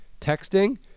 texting